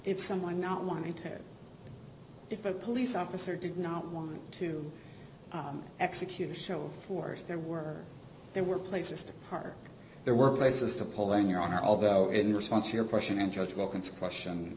if someone not wanting to hear if a police officer did not want to execute a show of force there were there were places to park there were places to pull in your honor although in response to your question and judge wilkinson question